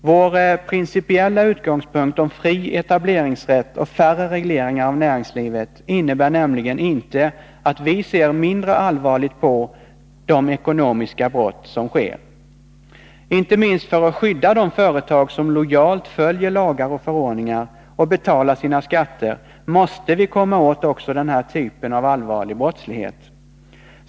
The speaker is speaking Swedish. Vår principiella utgångspunkt om fri etableringsrätt och färre regleringar av näringslivet innebär inte att vi ser mindre allvarligt på de ekonomiska brott som sker. Inte minst för att skydda de företag som lojalt följer lagar och förordningar och betalar sina skatter måste vi komma åt också den här typen av allvarlig brottslighet.